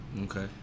Okay